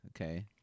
okay